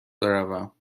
بروم